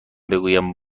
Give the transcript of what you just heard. بگویم